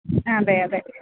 അതെ അതെ